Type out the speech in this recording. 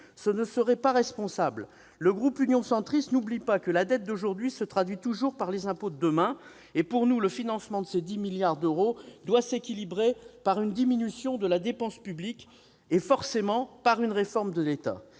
déjà suffisamment lourd. Le groupe Union Centriste n'oublie pas que la dette d'aujourd'hui se traduit toujours par les impôts de demain. Pour nous, le financement de ces 10 milliards d'euros doit être équilibré par une diminution de la dépense publique et, forcément, par une réforme de l'État.